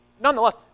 nonetheless